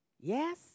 yes